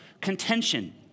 contention